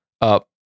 up